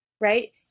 right